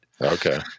Okay